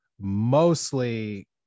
mostly